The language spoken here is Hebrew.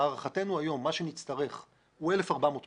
שלהערכתנו היום, מה שנצטרך הוא 1,400 מגה-ואט.